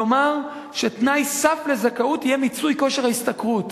כלומר, תנאי סף לזכאות יהיה מיצוי כושר ההשתכרות.